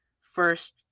first